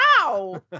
Wow